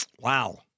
Wow